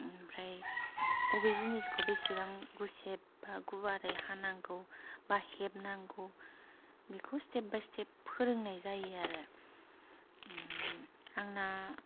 ओमफ्राय अबे जिनिसखौ बेसेबां गुसेब बा गुवारै हानांगौ बा हेबनांगौ बेखौ स्टेप बाय स्टेप फोरोंनाय जायो आरो आंना